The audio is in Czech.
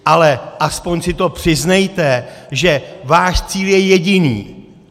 Ale aspoň si to přiznejte, že váš cíl je jediný!